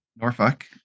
Norfolk